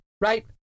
right